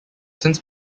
since